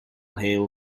hail